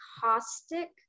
caustic